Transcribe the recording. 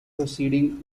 proceeding